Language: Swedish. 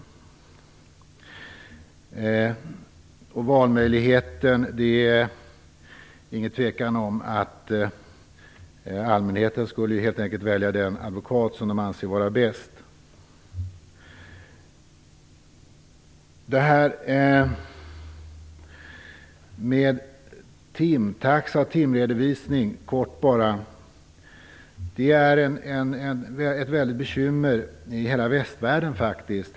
När det gäller valmöjligheten råder det ingen tvekan om att allmänheten skulle välja den advokat som de anser vara bäst. Kort bara om detta med timtaxa och timredovisning. Detta är ett väldigt bekymmer i hela västvärlden faktiskt.